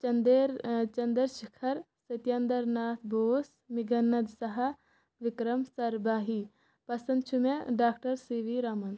چَندیر Chandra Shekhar Satyendra Nath Bose Meghnad Saha Vikram Sarabhai پَسنٛد چھُ مےٚ ڈاکٹر سی وی رَمَن